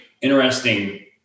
interesting